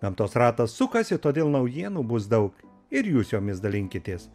gamtos ratas sukasi todėl naujienų bus daug ir jūs jomis dalinkitės